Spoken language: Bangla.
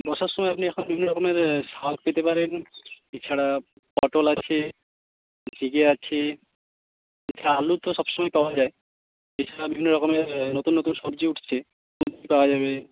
বর্ষার সময় আপনি এখন বিভিন্ন রকমের শাক পেতে পারেন এছাড়া পটল আছে ঝিঙে আছে এছাড়া আলু তো সবসময়েই পাওয়া যায় এছাড়া বিভিন্ন রকমের নতুন নতুন সবজি উঠছে পাওয়া যাবে